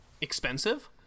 expensive